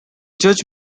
judge